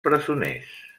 presoners